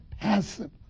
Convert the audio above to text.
passive